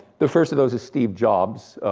the first of those is steve jobs,